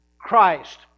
Christ